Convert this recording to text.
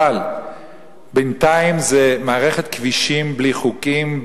אבל בינתיים זה מערכת כבישים בלי חוקים,